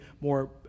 more